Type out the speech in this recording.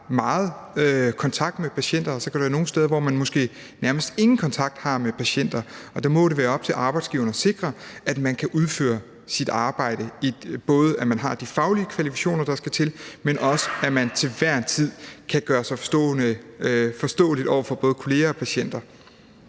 meget kontakt med patienter, og så kan der være nogle steder, hvor man måske nærmest ingen kontakt har med patienter. Og der må det være op til arbejdsgiveren at sikre, at man kan udføre sit arbejde, altså at man både har de faglige kvalifikationer, der skal til, men også at man til hver en tid kan gøre sig forståelig over for både kolleger og patienter.